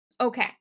Okay